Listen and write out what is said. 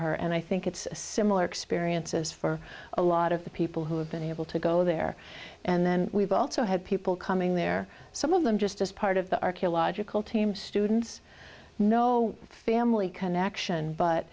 her and i think it's a similar experiences for a lot of the people who have been able to go there and then we've also had people coming there some of them just as part of the archaeological team students no family connection but